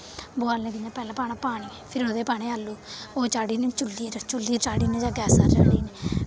बोआलने कन्नै पैह्लें पाना पानी फिर ओह्दे च पाने आलू ओह् चाढ़ी ओड़ने चु'ल्ली पर चु'ल्ली पर चाढ़ी ओड़ने जां गैसा पर चाढ़ी ओड़ने